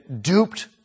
duped